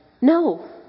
No